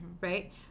right